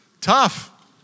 Tough